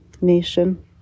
nation